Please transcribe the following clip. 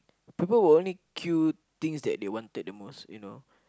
people will only queue things they wanted the most you know